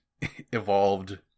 evolved